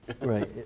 Right